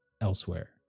elsewhere